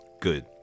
Good